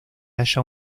halla